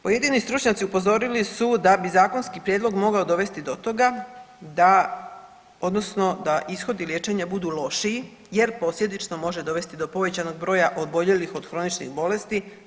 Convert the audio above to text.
Pojedini stručnjaci upozorili su da bi zakonski prijedlog mogao dovesti do toga da, odnosno da ishodi liječenja budu lošiji jer posljedično može dovesti do povećanog broja oboljelih od hroničnih bolesti.